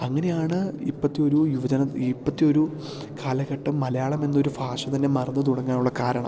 അങ്ങനെയാണ് ഇപ്പത്തെ ഒരു യുവജന ഇപ്പത്തെ ഒരു കാലഘട്ടം മലയാളം എന്നൊരു ഭാഷ തന്നെ മറന്ന് തുടങ്ങാനുള്ള കാരണം